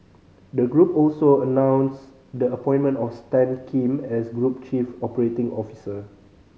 the group also announced the appointment of Stan Kim as group chief operating officer